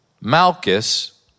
Malchus